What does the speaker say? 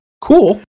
Cool